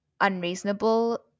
unreasonable